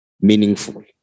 meaningful